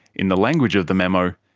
in the language of the memo,